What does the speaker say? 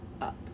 up